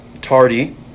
Tardy